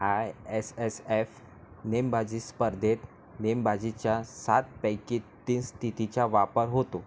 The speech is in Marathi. आय एस एस एफ नेमबाजी स्पर्धेत नेमबाजीच्या सातपैकी तीन स्थितीचा वापर होतो